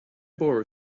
borrow